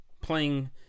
playing